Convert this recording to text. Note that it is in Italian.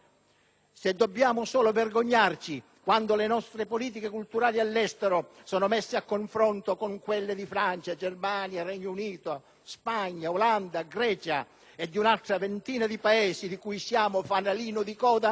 Se dobbiamo solo vergognarci quando le nostre politiche culturali all'estero sono messe a confronto con quelle di Francia, Germania, Regno Unito, Spagna, Olanda, Grecia e di un'altra ventina di Paesi di cui siamo fanalino di coda?